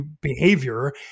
behavior